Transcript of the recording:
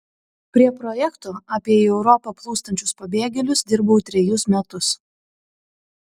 prie projekto apie į europą plūstančius pabėgėlius dirbau trejus metus